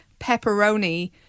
pepperoni